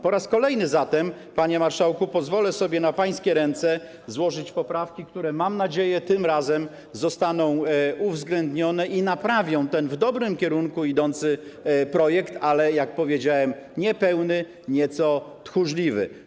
Po raz kolejny zatem, panie marszałku, pozwolę sobie na pańskie ręce złożyć poprawki, które mam nadzieję, tym razem zostaną uwzględnione i naprawią ten projekt idący w dobrym kierunku, ale jak powiedziałem, niepełny, nieco tchórzliwy.